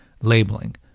labeling